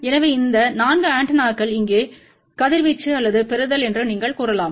எனவே அந்த 4 ஆண்டெனாக்கள் இங்கே கதிர்வீச்சு அல்லது பெறுதல் என்று நீங்கள் கூறலாம்